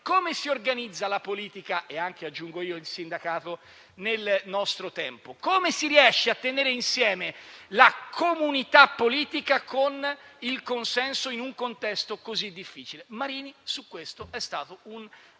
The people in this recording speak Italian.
io - il sindacato nel nostro tempo? Come si riesce a tenere insieme la comunità politica con il consenso in un contesto così difficile? Marini su questo è stato un